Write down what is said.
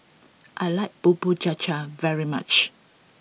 I like Bubur Cha Cha very much